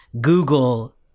Google